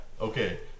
Okay